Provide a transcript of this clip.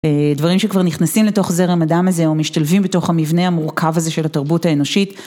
דברים שכבר נכנסים לתוך זרם הדם הזה, ומשתלבים בתוך המבנה המורכב הזה של התרבות האנושית.